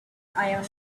iron